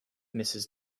mrs